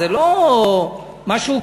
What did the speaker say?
זה לא משהו קריטי,